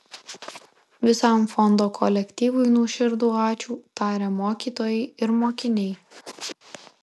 visam fondo kolektyvui nuoširdų ačiū taria mokytojai ir mokiniai